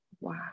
wow